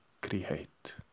create